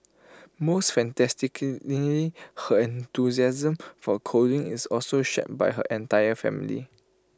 most fantastic lingy her enthusiasm for coding is also shared by her entire family